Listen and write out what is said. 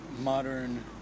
modern